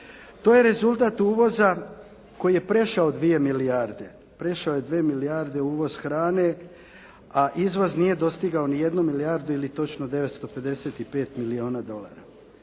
To je rezultat uvoza koji je prešao dvije milijarde, prešao je dvije milijarde uvoz hrane, a izvoz nije dostigao ni jednu milijardu ili točno 955 milijona dolara.